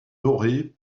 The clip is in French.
dorée